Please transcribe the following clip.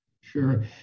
Sure